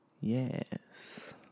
yes